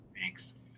Thanks